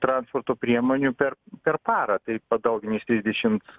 transporto priemonių per per parą tai padaugini iš trisdešimt